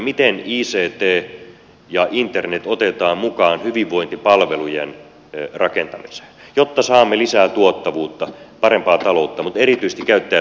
miten ict ja internet otetaan mukaan hyvinvointipalvelujen rakentamiseen jotta saamme lisää tuottavuutta parempaa taloutta mutta erityisesti käyttäjälähtöisiä palveluita